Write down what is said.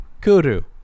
kudu